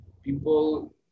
people